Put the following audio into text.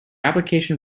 application